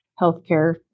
healthcare